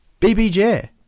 BBJ